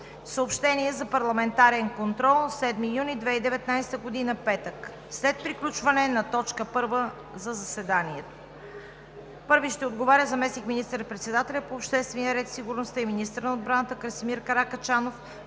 Съобщение за парламентарен контрол за 7 юни 2019 г., петък, след приключване на т. 1 на заседанието. Първи ще отговаря заместник министър-председателят по обществения ред и сигурността и министър на отбраната Красимир Каракачанов.